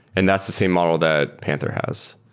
and that's the same model that panther has.